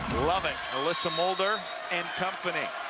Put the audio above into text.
love it alyssa mulder and company.